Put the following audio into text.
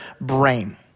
brain